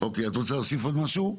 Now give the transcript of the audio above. את רוצה להוסיף עוד משהו?